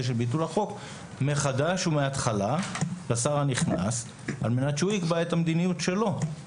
ביטול החוק מחדש ובהתחלה לשר הנכנס על מנת שהוא יקבע את מדיניותו.